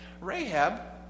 Rahab